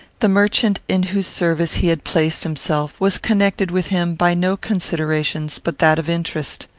the merchant in whose service he had placed himself was connected with him by no considerations but that of interest.